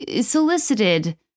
solicited